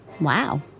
Wow